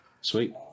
Sweet